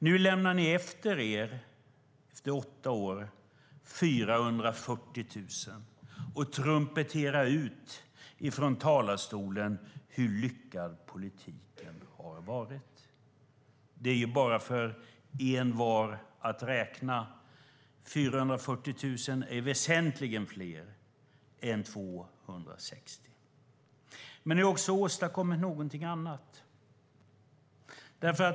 Nu, efter åtta år, lämnar ni efter er 440 000 arbetslösa och trumpetar ut från talarstolen hur lyckad politiken har varit. Men det är bara för envar att räkna: 440 000 är väsentligen fler än 260 000. Men ni har också åstadkommit något annat.